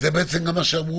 זה בעצם גם מה שאמרו